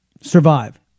survive